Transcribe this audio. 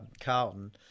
Carlton